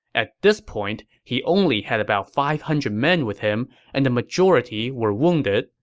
at this point, he only had about five hundred men with him, and the majority were wounded.